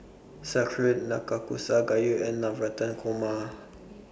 Sauerkraut Nanakusa Gayu and Navratan Korma